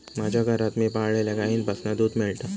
माज्या घरात मी पाळलल्या गाईंपासना दूध मेळता